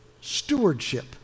Stewardship